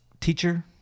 teacher